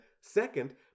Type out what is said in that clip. second